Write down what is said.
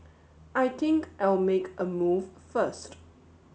I think I'll make a move first